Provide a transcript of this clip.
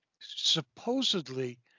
supposedly